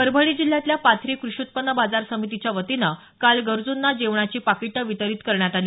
परभणी जिल्ह्यातल्या पाथरी कृषी उत्पन्न बाजार समितीच्या वतीनं काल गरजुंना जेवणाची पाकीटं वितरीत करण्यात आली